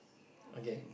okay